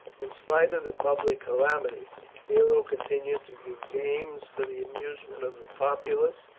in spite of the public calamity nero continued to give games for the amusement of the populace,